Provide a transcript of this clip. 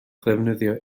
ddefnyddio